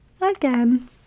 again